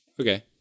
Okay